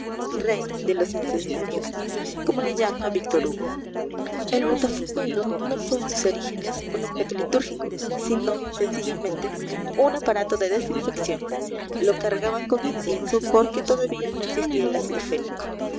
rey de los incensarios como le llama víctor hugo el botafumeiro no fue en sus orígenes un objeto litúrgico sino sencillamente un aparato de desinfección lo cargaban con incienso porque todavía no existía el ácido fénico